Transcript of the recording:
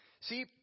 See